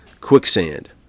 quicksand